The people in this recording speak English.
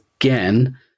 again